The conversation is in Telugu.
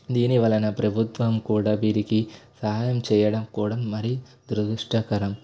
దీని వలన ప్రభుత్వం కూడా వీరికి సహాయం చేయడం పోవడం మరీ దురదృష్టకరం